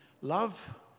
Love